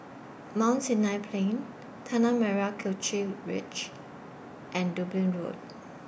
Mount Sinai Plain Tanah Merah Kechil Ridge and Dublin Road